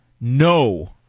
no